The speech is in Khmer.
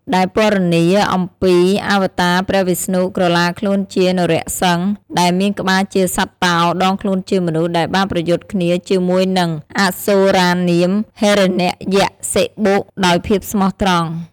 ដែលពណ៌នាអំពី អាវតា ព្រះវិស្ណុ ក្រឡាខ្លួនជា នរ:សិង្ហ ដែលមានក្បាលជា សត្វតោ ដងខ្លួនជាមនុស្សដែលបានប្រយុទ្ធគ្នាជាមួយនិង អាសុរានាម "ហិរណយក្សសិបុ" ដោយភាពស្មោះត្រង់ ។